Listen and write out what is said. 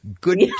Good